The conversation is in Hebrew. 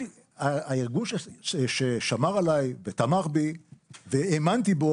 הארגון ששמר עליי ותמך בי והאמנתי בו